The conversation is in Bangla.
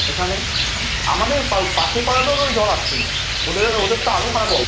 এখানে আমাদের পাশের পাড়াতেও তো জল আসছে না ওদের ওদের তো আরো খারাপ অবস্থা